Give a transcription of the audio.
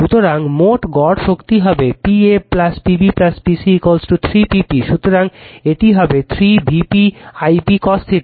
সুতরাং মোট গড় শক্তি হবে তখন P a P b P c 3 P p সুতরাং এটি হবে 3 Vp I p cos